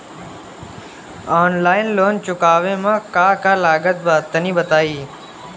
Online loan चुकावे म का का लागत बा तनि बताई?